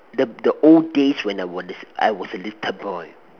the the old days when I was I was a little boy